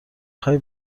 خوای